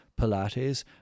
pilates